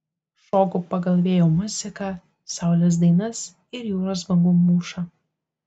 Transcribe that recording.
šoku pagal vėjo muziką saulės dainas ir jūros bangų mūšą